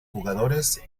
jugadores